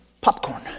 Popcorn